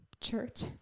church